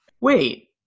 Wait